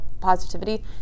positivity